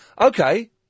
Okay